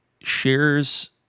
shares